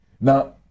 Now